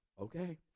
okay